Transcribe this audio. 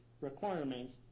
requirements